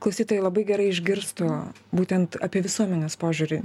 klausytojai labai gerai išgirstų būtent apie visuomenės požiūrį